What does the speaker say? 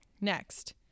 Next